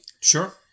Sure